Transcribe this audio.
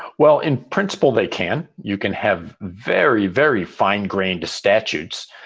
well, in principle, they can. you can have very, very fine grained statutes.